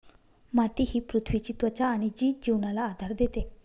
माती ही पृथ्वीची त्वचा आहे जी जीवनाला आधार देते